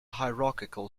hierarchical